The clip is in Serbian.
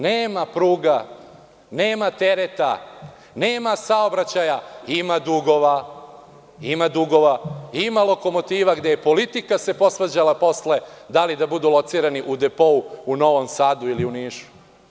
Nema pruga, nema tereta, nema saobraćaja, ima dugova, ima lokomotiva gde se politika posvađala posle da li da budu locirani u depou u Novom Sadu ili u Nišu.